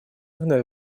вновь